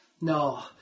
No